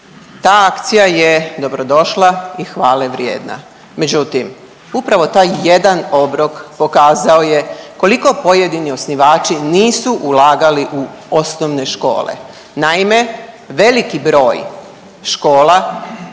Ta akcija je dobro došla i hvale vrijedna. Međutim, upravo taj jedan obrok pokazao je koliko pojedini osnivački nisu ulagali u osnovne škole. Naime, veliki broj škola